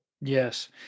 Yes